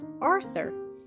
arthur